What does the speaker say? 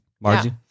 Margie